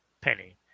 penny